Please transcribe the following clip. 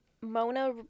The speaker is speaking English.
Mona